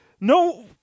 no